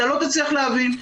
אתה לא תצליח להבין,